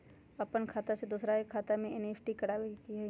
अपन खाते से दूसरा के खाता में एन.ई.एफ.टी करवावे के हई?